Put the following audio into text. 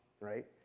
right